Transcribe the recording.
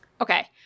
Okay